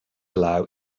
allow